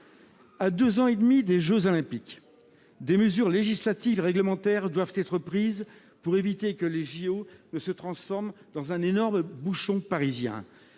À deux ans et demi des jeux Olympiques, des mesures législatives et réglementaires doivent être prises si l'on ne veut pas que l'événement se transforme en un énorme bouchon parisien.